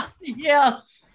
Yes